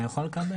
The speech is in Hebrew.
אני יכול לקבל?